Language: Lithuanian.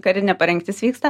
karinė parengtis vyksta